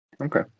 okay